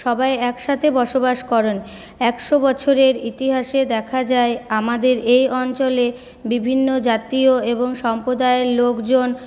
সবাই একসাথে বসবাস করেন একশো বছরের ইতিহাসে দেখা যায় আমাদের এই অঞ্চলে বিভিন্ন জাতীয় এবং সম্প্রদায়ের লোকজন